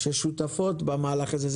ששותפות במהלך הזה,